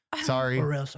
Sorry